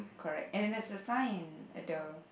correct and then there's a sign at the